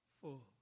full